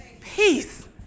Peace